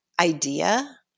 idea